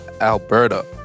Alberta